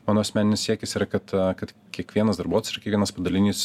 mano asmeninis siekis yra kad kad kiekvienas darbuotojas ir kiekvienas padalinys